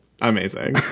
Amazing